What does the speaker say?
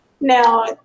Now